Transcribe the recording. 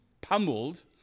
pummeled